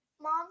Mom